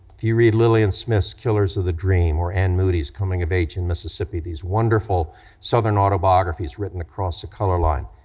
you read lillian smith's killers of the dream or anne moody's coming of age in mississippi, these wonderful southern autobiographies written across the color line,